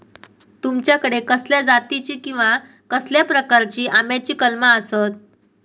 तुमच्याकडे कसल्या जातीची किवा कसल्या प्रकाराची आम्याची कलमा आसत?